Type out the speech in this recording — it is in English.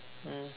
mm